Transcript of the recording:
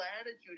attitude